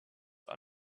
are